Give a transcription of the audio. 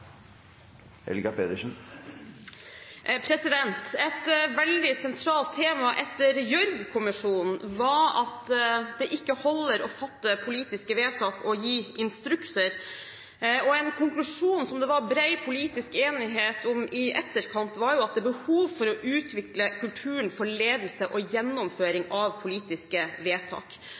Helga Pedersen – til oppfølgingsspørsmål. Et veldig sentralt tema etter Gjørv-kommisjonen var at det ikke holder å fatte politiske vedtak og gi instrukser. Og en konklusjon som det var bred politisk enighet om i etterkant, var at det er behov for å utvikle kulturen for ledelse og gjennomføring av politiske vedtak.